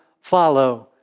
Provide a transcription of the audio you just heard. follow